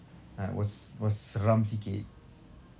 ya it was was seram sikit